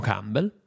Campbell